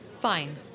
Fine